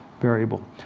variable